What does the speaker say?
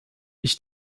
ich